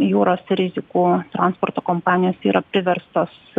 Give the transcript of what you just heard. jūros rizikų transporto kompanijos yra priverstos